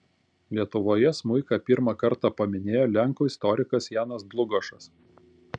lietuvoje smuiką pirmą kartą paminėjo lenkų istorikas janas dlugošas